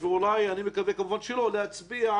אני מקווה שלא נצביע על חוק כזה.